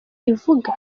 ivuga